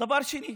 דבר שני,